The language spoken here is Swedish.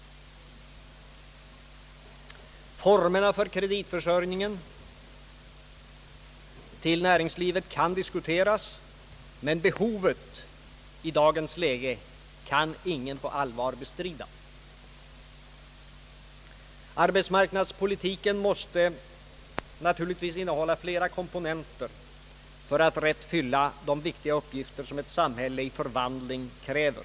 Formerna för kreditförsörjningen till näringslivet kan diskuteras, men behovet i dagens läge kan ingen på allvar bestrida. Arbetsmarknadspolitiken måste naturligtvis innehålla flera komponenter för att rätt fylla de viktiga uppgifter som ett samhälle i förvandling kräver.